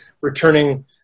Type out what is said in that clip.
returning